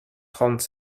trente